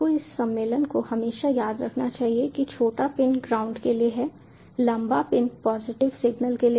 आपको इस सम्मेलन को हमेशा याद रखना चाहिए कि छोटा पिन ग्राउंड के लिए है लंबा पिन पॉजिटिव सिग्नल के लिए है